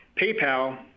PayPal